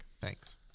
Thanks